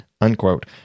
unquote